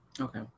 okay